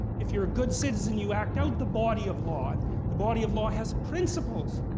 if you're good citizen you act out the body of law. and the body of law has principles.